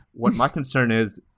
what my concern is,